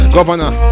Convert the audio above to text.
Governor